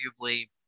arguably